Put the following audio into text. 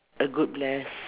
a good bless